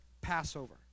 Passover